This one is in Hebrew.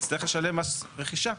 יצטרך לשלם מס רכישה.